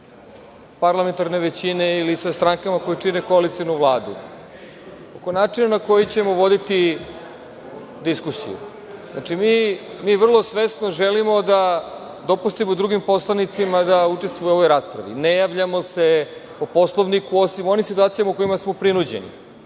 parlamentarne većine ili sa strankama koje čine koalicionu Vladu oko načina na koji ćemo voditi diskusiju. Mi vrlo svesno želimo da dopustimo drugim poslanicima da učestvuju u ovoj raspravi. Ne javljamo se po Poslovniku, osim u onim situacijama u kojima smo prinuđeni. Slažem